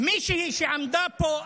מישהי שעמדה פה,